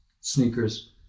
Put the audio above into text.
sneakers